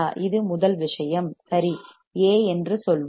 இது முதல் விஷயம் சரி A என்று சொல்வோம்